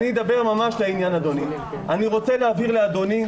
אדבר לעניין: אני רוצה לומר לאדוני,